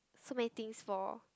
so many things for